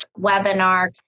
webinar